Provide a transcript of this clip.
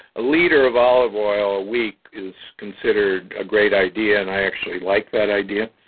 a leader of olive oil week is considered a great idea. and i actually like that idea.